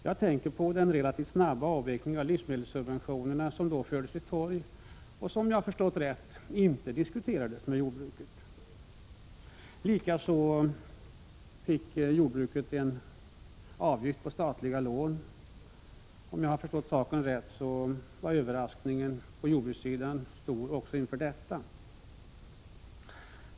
Jag tänker på förslaget om den relativt snabba avvecklingen av livsmedelssubventionerna, som då fördes till torgs och som, om jag förstått rätt, inte hade diskuterats med jordbrukets företrädare. Jordbruket fick också en avgift på statliga lån. Om jag förstått saken rätt var överraskningen för jordbrukets företrädare stor också inför detta.